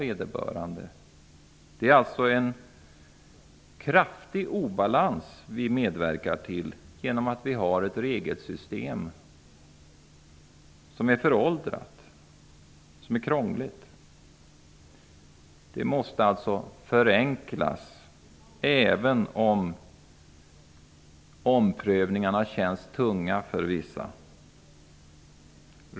Vi medverkar till att skapa en kraftig obalans genom att vi har ett regelsystem som är föråldrat och krångligt. Systemet måste förenklas, även om omprövningarna känns tunga för vissa.